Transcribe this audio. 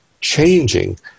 changing